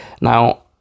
Now